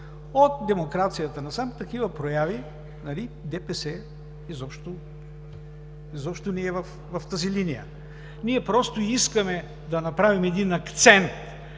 От демокрацията насам такива прояви, нали, ДПС изобщо не е в тази линия. Ние просто искаме да направим един акцент